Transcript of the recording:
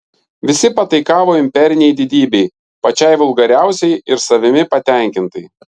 visi pataikavo imperinei didybei pačiai vulgariausiai ir savimi patenkintai